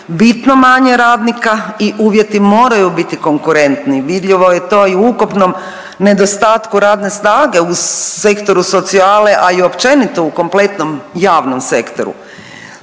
bitno manje radnika i uvjeti moraju biti konkurentni. Vidljivo je to i u ukupnom nedostatku radne snage u sektoru socijale, a i općenito u kompletno javnom sektoru.